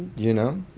you know,